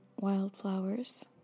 wildflowers